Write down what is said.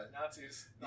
nazis